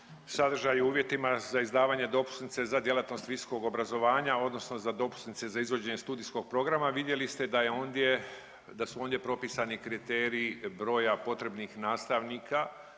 sadržaju i uvjetima za izdavanje dopusnice za djelatnost visokog obrazovanja, odnosno za dopusnice za izvođenje studijskog programa vidjeli ste da su ondje propisani kriteriji broja potrebnih nastavnika